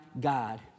God